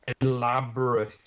elaborate